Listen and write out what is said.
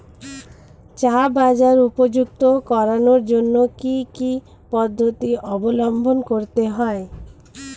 চা বাজার উপযুক্ত করানোর জন্য কি কি পদ্ধতি অবলম্বন করতে হয়?